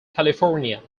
california